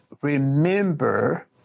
remember